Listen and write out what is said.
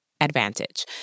advantage